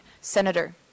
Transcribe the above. senator